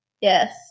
Yes